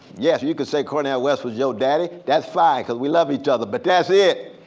yes you can say cornel west was your daddy. that's fine because we love each other. but that's it.